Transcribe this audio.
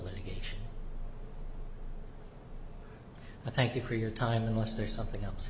litigation thank you for your time unless there's something else